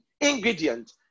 ingredient